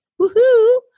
Woohoo